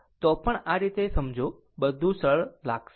તો પણ આ રીતે સમજો બધું ખૂબ સરળ લાગશે